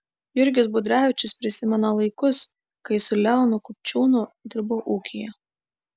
jurgis budrevičius prisimena laikus kai su leonu kupčiūnu dirbo ūkyje